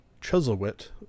Chuzzlewit